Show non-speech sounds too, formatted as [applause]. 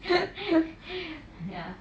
[laughs]